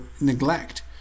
Neglect